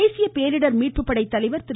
தேசிய பேரிடர் மீட்பு படை தலைவர் திரு